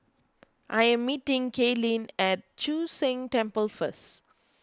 I am meeting Kaelyn at Chu Sheng Temple first